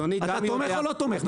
אתה תומך או לא תומך?